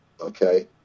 Okay